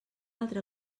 altra